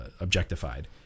objectified